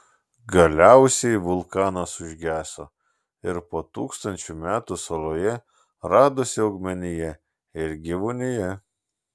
galiausiai vulkanas užgeso ir po tūkstančių metų saloje radosi augmenija ir gyvūnija